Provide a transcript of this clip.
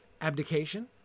abdication